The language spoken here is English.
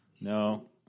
No